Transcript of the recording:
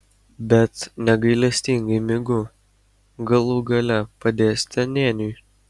bet negailestingai mygu galų gale padėsite nėniui